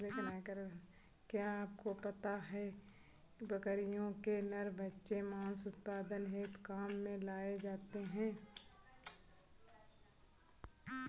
क्या आपको पता है बकरियों के नर बच्चे मांस उत्पादन हेतु काम में लाए जाते है?